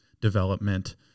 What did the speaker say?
development